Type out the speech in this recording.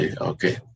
okay